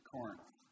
Corinth